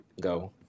go